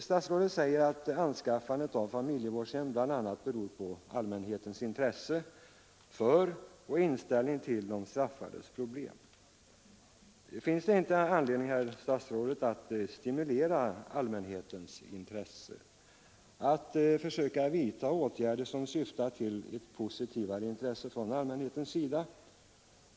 Statsrådet säger att anskaffandet av familjevårdshem bl.a. beror på allmänhetens intresse för och inställning till de straffades problem. Finns det inte anledning, herr statsråd, att stimulera allmänhetens intresse, att försöka vidtaga åtgärder som syftar till ett positivare intresse från allmänhetens sida?